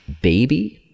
baby